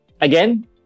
Again